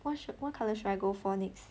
what should what colour should I go for next